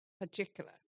particular